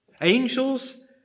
Angels